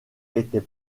était